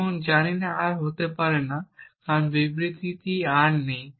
এবং জানি আর হতে পারে না কারণ বিবৃতিটি আর নেই